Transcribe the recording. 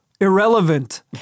Irrelevant